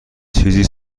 چیزی